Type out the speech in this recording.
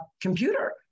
computer